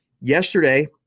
Yesterday